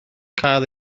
cael